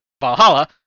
Valhalla